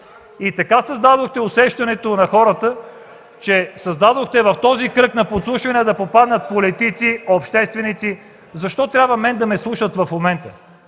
Така създадохте усещането на хората, че създадохте в този кръг на подслушване да попаднат политици, общественици. Защо трябва мен да ме слушат в момента